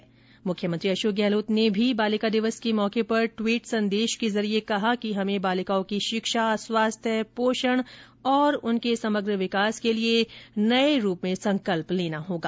वहीं मुख्यमंत्री अशोक गहलोत ने भी बालिका दिवस के मौके पर ट्वीट संदेश के जरिये कहा कि हमे बलिकाओं की शिक्षा स्वास्थ्य पोषण और उनके समग्र विकास के लिये नये रूप में संकल्प लेना होगा